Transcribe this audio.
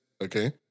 okay